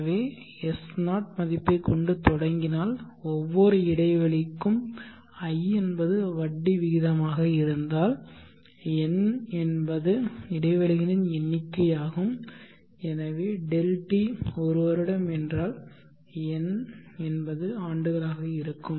எனவே S0 மதிப்பைத் கொண்டு தொடங்கினால் ஒவ்வொரு இடைவெளிக்கும் i என்பது வட்டி விகிதமாக இருந்தால் n என்பது இடைவெளிகளின் எண்ணிக்கையாகும் எனவே Δt 1 வருடம் என்றால் n என்பது ஆண்டுகளாக இருக்கும்